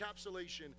encapsulation